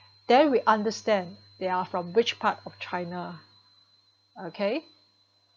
there we understand they are from which part of China okay